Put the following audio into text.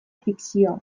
fikzioa